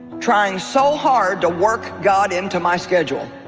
trying so hard to work god into my schedule